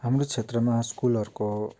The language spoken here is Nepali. हाम्रो क्षेत्रमा स्कुलहरूको